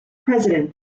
president